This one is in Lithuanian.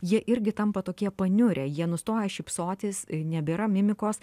jie irgi tampa tokie paniurę jie nustoja šypsotis nebėra mimikos